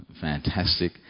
fantastic